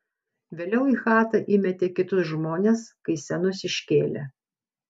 vėliau į chatą įmetė kitus žmones kai senus iškėlė